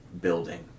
building